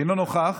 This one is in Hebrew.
אינו נוכח,